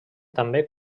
també